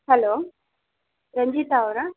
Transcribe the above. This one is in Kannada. ಹಲೋ ರಂಜಿತಾ ಅವರಾ